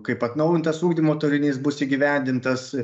kaip atnaujintas ugdymo turinys bus įgyvendintas